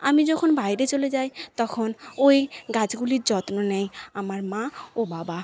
আমি যখন বাইরে চলে যাই তখন ওই গাছগুলির যত্ন নেয় আমার মা ও বাবা